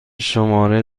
شماره